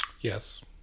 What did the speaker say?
Yes